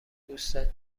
دوستت